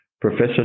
professor